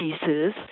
pieces